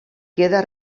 queda